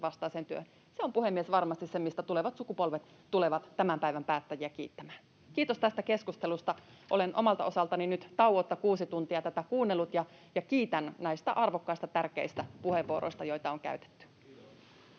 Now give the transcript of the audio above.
vastaiseen työhön. Se on, puhemies, varmasti se, mistä tulevat sukupolvet tulevat tämän päivän päättäjiä kiittämään. Kiitos tästä keskustelusta. Olen omalta osaltani nyt tauotta kuusi tuntia tätä kuunnellut, ja kiitän näistä arvokkaista, tärkeistä puheenvuoroista, joita on käytetty.